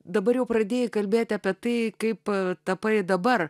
dabar jau pradėjai kalbėti apie tai kaip tapai dabar